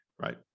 right